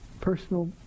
personal